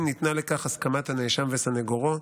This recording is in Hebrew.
אם ניתנה לכך הסכמת הנאשם וסנגורו,